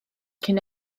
cyn